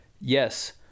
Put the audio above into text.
yes